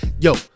yo